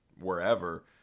wherever